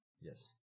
Yes